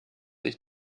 ich